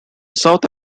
south